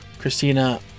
Christina